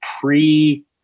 pre